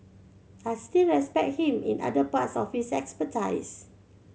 I still respect him in other parts of his expertise